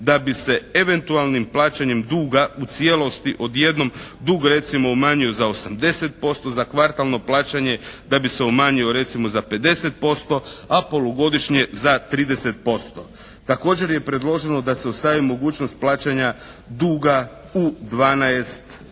da bi se eventualnim plaćanjem duga u cijelosti odjednom, dug recimo umanjio za 80% za kvartalno plaćanje, da bi se umanjio recimo za 50%, a polugodišnje za 30%. Također je predloženo da se ostavi mogućnost plaćanja duga u 12